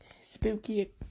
spooky